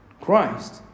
Christ